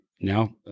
now